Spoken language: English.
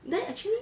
then actually